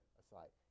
aside